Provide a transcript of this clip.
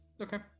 okay